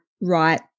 right